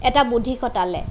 এটা বুদ্ধি খটালে